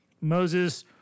Moses